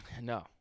No